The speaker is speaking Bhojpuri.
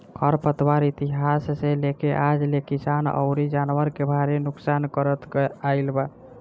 खर पतवार इतिहास से लेके आज ले किसान अउरी जानवर के भारी नुकसान करत आईल बा